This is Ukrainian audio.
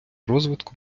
розвитку